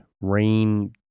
rain